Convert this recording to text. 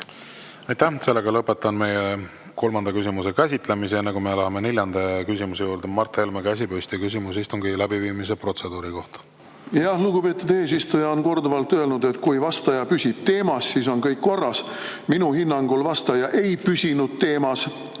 Aitäh! Sellega lõpetan meie kolmanda küsimuse käsitlemise. Enne kui me läheme neljanda küsimuse juurde, Mart Helmel on käsi püsti. Küsimus istungi läbiviimise protseduuri kohta. Jah, lugupeetud eesistuja on korduvalt öelnud, et kui vastaja püsib teemas, siis on kõik korras. Minu hinnangul vastaja ei püsinud teemas Moonika